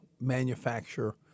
manufacture